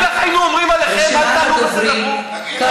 מה זה הדבר הזה?